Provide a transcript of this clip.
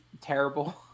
terrible